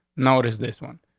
notice this one.